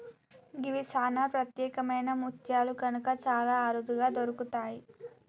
గివి సానా ప్రత్యేకమైన ముత్యాలు కనుక చాలా అరుదుగా దొరుకుతయి